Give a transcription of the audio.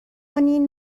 کنین